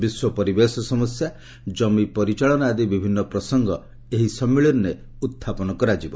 ବିଶ୍ୱ ପରିବେଶ ସମସ୍ୟା ଜମି ପରିଚାଳନା ଆଦି ବିଭିନ୍ନ ପ୍ରସଙ୍ଗ ଏହି ସମ୍ମିଳନୀରେ ଉହ୍ଚାପନ କରାଯିବ